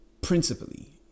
principally